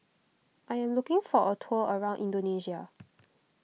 I am looking for a tour around Indonesia